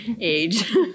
Age